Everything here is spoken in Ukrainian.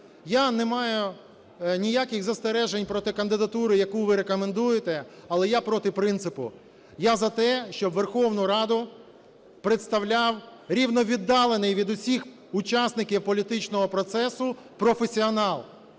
Я не маю ніяких застережень проти кандидатури, яку ви рекомендуєте, але я проти принципу. Я за те, щоб Верховну Раду представляв рівновіддалений від усіх учасників політичного процесу професіонал,